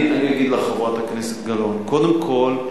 חברת הכנסת גלאון, אני אגיד לך: קודם כול,